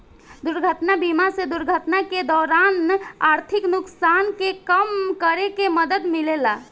दुर्घटना बीमा से दुर्घटना के दौरान आर्थिक नुकसान के कम करे में मदद मिलेला